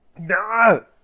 No